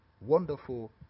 wonderful